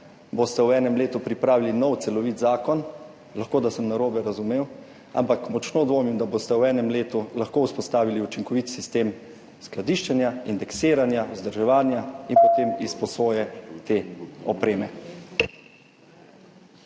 boste v enem letu pripravili nov celovit zakon, lahko da sem narobe razumel, ampak močno dvomim, da boste v enem letu lahko vzpostavili učinkovit sistem skladiščenja, indeksiranja, vzdrževanja in potem izposoje te opreme.